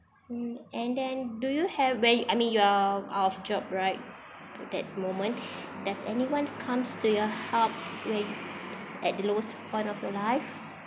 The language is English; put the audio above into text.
mm and then do you have when I mean you're out of job right put that moment does anyone comes to your help where at the lowest point of your life